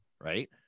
right